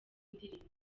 ndirimbo